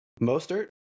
Mostert